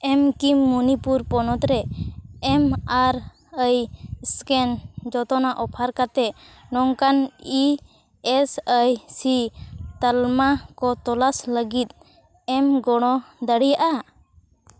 ᱮᱢ ᱠᱤ ᱢᱚᱱᱤᱯᱩᱨ ᱯᱚᱱᱚᱛᱨᱮ M R I scan ᱡᱚᱛᱚᱱᱟᱜ ᱚᱯᱷᱟᱨ ᱠᱟᱛᱮᱫ ᱱᱚᱝᱠᱟᱱ ᱤ ᱮᱥ ᱟᱭ ᱥᱤ ᱛᱟᱞᱢᱟᱠᱚ ᱛᱚᱞᱟᱥ ᱞᱟᱹᱜᱤᱫ ᱮᱢ ᱜᱚᱲᱚ ᱫᱟᱲᱮᱭᱟᱜᱼᱟ